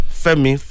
femi